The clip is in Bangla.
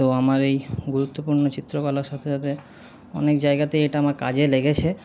তো আমার এই গুরুত্বপূর্ণ চিত্রকলার সাথে সাথে অনেক জায়গাতেই এটা আমার কাজে লেগেছে